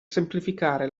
semplificare